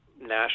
national